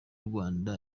rwanda